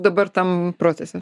dabar tam procese